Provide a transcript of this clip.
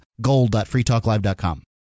gold.freetalklive.com